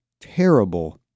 terrible